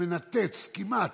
שמנתץ כמעט,